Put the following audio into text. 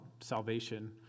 salvation